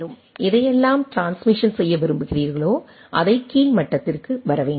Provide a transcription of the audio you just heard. எனவே நீங்கள் எதையெல்லாம் ட்ரான்ஸ்மிசன் செய்ய விரும்புகிறீர்களோ அதை கீழ் மட்டத்திற்கு வர வேண்டும்